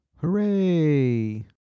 Hooray